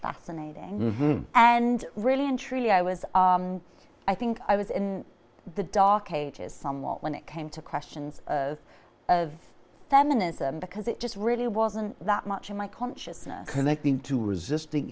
fascinating and really and truly i was i think i was in the dark ages somewhat when it came to questions of feminism because it just really wasn't that much in my consciousness connecting to resist